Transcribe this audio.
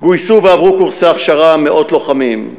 גויסו ועברו קורסי הכשרה מאות לוחמים,